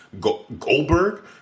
Goldberg